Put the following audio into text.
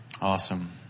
awesome